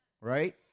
Right